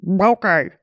Okay